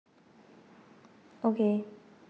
okay